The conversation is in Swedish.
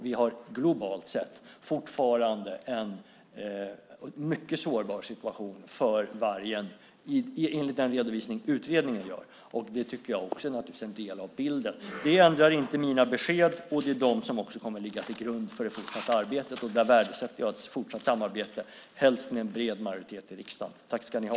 Vi har globalt sett fortfarande en mycket sårbar situation för vargen enligt den redovisning utredningen gör. Det är också en del av bilden. Det ändrar inte mina besked. Det är också de som kommer att ligga till grund för arbetet. Där värdesätter jag ett fortsatt samarbete, helst med en bred majoritet i riksdagen. Tack ska ni ha.